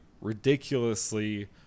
ridiculously